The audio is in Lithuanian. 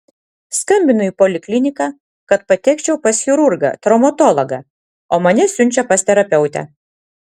skambinu į polikliniką kad patekčiau pas chirurgą traumatologą o mane siunčia pas terapeutę